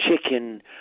chicken